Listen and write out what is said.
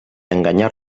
enganyar